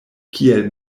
kiel